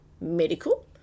medical